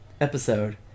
episode